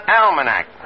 almanac